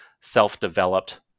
self-developed